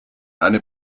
eine